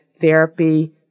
therapy